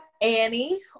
Annie